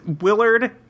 Willard